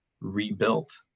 rebuilt